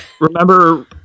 Remember